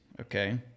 okay